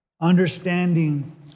understanding